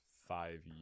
five